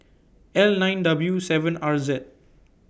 L nine W seven R Z